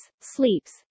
sleeps